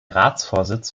ratsvorsitz